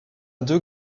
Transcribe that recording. deux